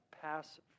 pass